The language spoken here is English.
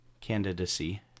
Candidacy